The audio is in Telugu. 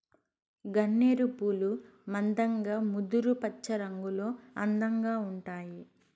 గన్నేరు పూలు మందంగా ముదురు పచ్చరంగులో అందంగా ఉంటాయి